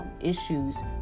issues